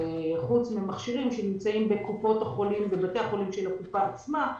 חוץ מהמכשירים שנמצאים בבתי החולים של הקופה עצמה,